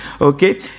Okay